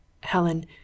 Helen